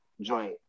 joint